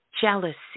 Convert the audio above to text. jealousy